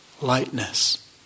lightness